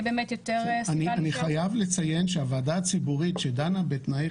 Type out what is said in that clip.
אני חייב לציין שהוועדה הציבורית שדנה בתנאי